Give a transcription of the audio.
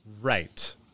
Right